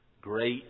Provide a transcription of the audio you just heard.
great